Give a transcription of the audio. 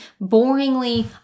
boringly